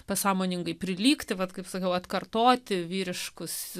pasąmoningai prilygti vat kaip sakiau atkartoti vyriškus